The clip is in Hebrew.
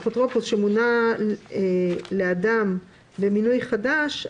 אפוטרופוס שמונה לאדם במינוי חדש,